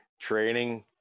Training